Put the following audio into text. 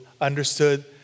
understood